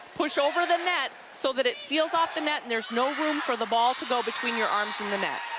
push over the net so thatit seals off the net and there'sno room for the ball to go between your arms and the net.